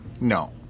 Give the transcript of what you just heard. No